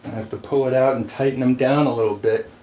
have to pull it out and tighten them down a little bit